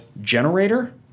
generator